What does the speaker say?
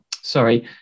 sorry